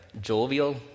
jovial